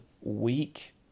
week